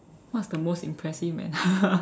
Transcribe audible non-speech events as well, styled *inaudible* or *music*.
what's the most impressive man *laughs*